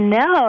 no